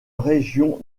région